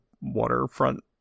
waterfront